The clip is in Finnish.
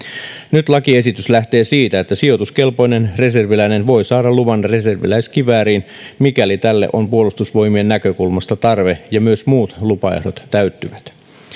nyt lakiesitys lähtee siitä että sijoituskelpoinen reserviläinen voi saada luvan reserviläiskivääriin mikäli tälle on puolustusvoimien näkökulmasta tarve ja myös muut lupaehdot täyttyvät